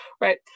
right